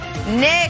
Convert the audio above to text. Nick